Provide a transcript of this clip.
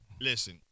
Listen